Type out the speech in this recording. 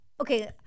okay